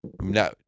No